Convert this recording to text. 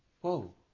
Whoa